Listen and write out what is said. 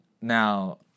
Now